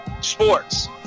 sports